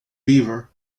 beaver